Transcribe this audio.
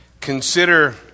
consider